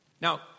Now